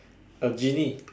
a genie